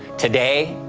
today,